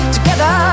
Together